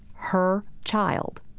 her child,